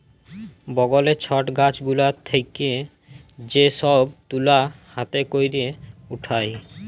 বগলে ছট গাছ গুলা থেক্যে যে সব তুলা হাতে ক্যরে উঠায়